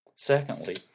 Secondly